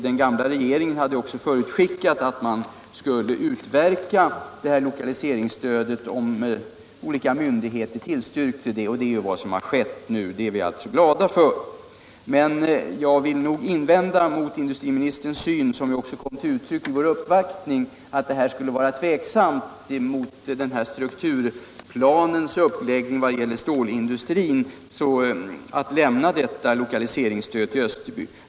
Den gamla regeringen hade också förutskickat att den skulle ge det här lokaliseringsstödet, om olika myndigheter tillstyrkte det, och det är vad som har skett nu. Det är vi alltså glada för. Emellertid vill jag invända mot industriministerns syn — som också kom till uttryck vid vår uppvaktning — att det skulle vara tvivelaktigt med tanke på strukturplanens uppläggning i vad gäller stålindustrin att lämna detta lokaliseringsstöd till Österby.